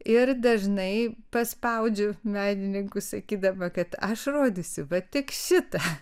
ir dažnai paspaudžiu menininkus sakydama kad aš rodysiu vat tik šitą